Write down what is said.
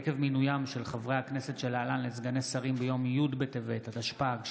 עקב מינוים של חברי הכנסת שלהלן לסגני שרים ביום י' בטבת התשפ"ג,